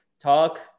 talk